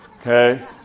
okay